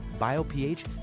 BioPH